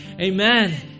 Amen